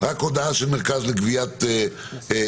רק הודעה של המרכז לגביית קנסות.